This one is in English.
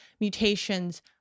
mutations